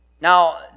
Now